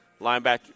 linebacker